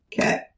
Okay